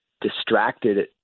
distracted